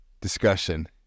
discussion